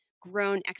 grown